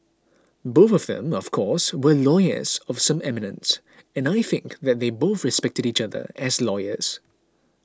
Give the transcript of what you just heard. both of them of course were lawyers of some eminence and I think that they both respected each other as lawyers